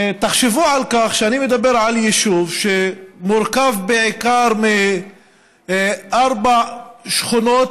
תחשבו על כך שאני מדבר על יישוב שמורכב בעיקר מארבע שכונות,